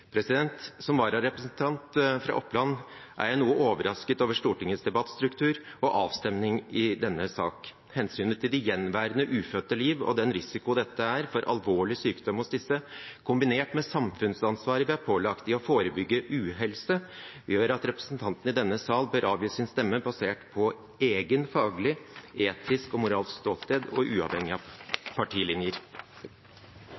Som vararepresentant fra Oppland er jeg noe overrasket over Stortingets debattstruktur og avstemning i denne sak. Hensynet til de gjenværende ufødte liv og den risiko dette er for alvorlig sykdom hos disse, kombinert med samfunnsansvaret vi er pålagt i å forebygge uhelse, gjør at representantene i denne sal bør avgi sin stemme basert på eget faglig, etisk og moralsk ståsted og uavhengig av